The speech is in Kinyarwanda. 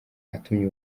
atumye